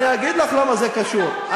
מה זה קשור?